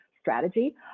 strategy